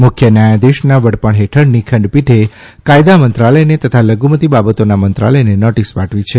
મુખ્ય ન્યાયાધીશના વડપણ હેઠળની ખંડપીઠે કાયદા મંત્રાલયને તથા લધુમત્તિ બાબતોના મંત્રાલયને નોટિસ પાઠવી છે